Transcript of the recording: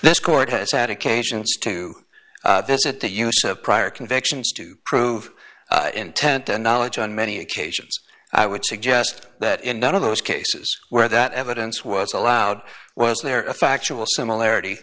this court has had occasions to visit the use of prior convictions to prove intent and knowledge on many occasions i would suggest that in none of those cases where that evidence was allowed was there a factual similarity